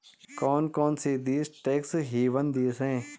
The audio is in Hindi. कौन कौन से देश टैक्स हेवन देश हैं?